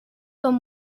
con